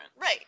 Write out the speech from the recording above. Right